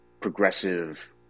progressive